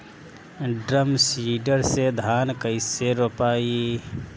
Drum seeder से धान कैसे रोपाई?